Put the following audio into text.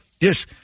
Yes